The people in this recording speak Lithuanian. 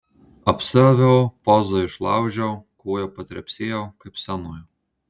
apsiaviau pozą išlaužiau koja patrepsėjau kaip scenoje